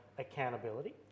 Accountability